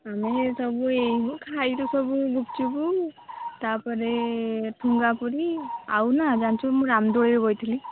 ଆମେ ସବୁ ଏଇ ଖାଇଲୁ ସବୁ ଗୁପଚୁପୁ ତାପରେ ଠୁଙ୍ଗାପୁରୀ ଆଉ ନା ଜାଣିଛୁ ମୁଁ ରାମଦୋଳିରେ ବସିଥିଲି